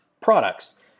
products